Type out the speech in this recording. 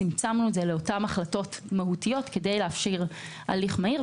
צמצמנו את זה לאותן החלטות מהותיות כדי לאפשר הליך מהיר.